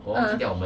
uh